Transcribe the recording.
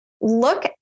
look